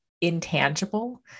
intangible